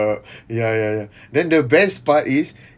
ya ya ya then the best part is